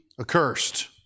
accursed